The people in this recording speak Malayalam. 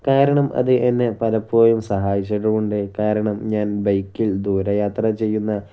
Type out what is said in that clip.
കാരണം അത് എന്നെ പലപ്പോഴും സഹായിച്ചിട്ടുമുണ്ട് കാരണം ഞാൻ ബൈക്കിൽ ദൂര യാത്ര ചെയ്യുന്ന